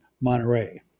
Monterey